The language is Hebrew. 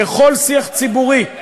בכל שיח ציבורי,